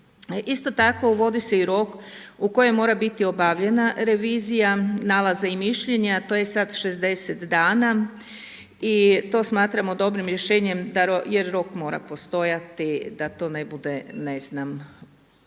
Isto tako, uvodi se rok u kojem mora biti obavljena revizija, nalazi i mišljenja, to je sada 60 dana i to smatramo dobrim rješenjem jer rok mora postojati da to ne bude nedefinirano.